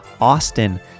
Austin